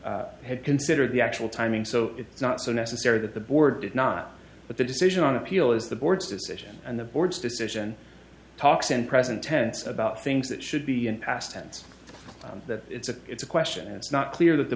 i had considered the actual timing so it's not so necessary that the board did not but the decision on appeal is the board's decision and the board's decision talks in present tense about things that should be in past tense that it's a it's a question it's not clear th